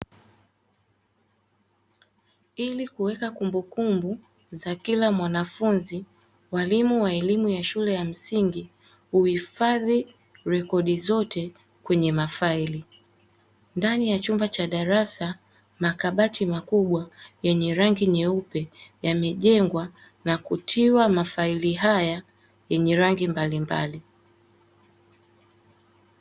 Ili kuweka kumbukumbu za kila mwanafunzi walimu wa elimu ya shule ya msingi uhifadhi rekodi zote kwenye mafaili. Ndani ya chumba cha darasa makabati makubwa yenye rangi nyeupe yamejengwa na kutiwa mafaili haya yenye rangi mbalimbali.